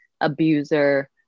abuser